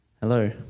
Hello